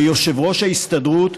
ליושב-ראש ההסתדרות,